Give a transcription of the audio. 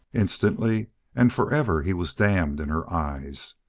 instantly and forever he was damned in her eyes.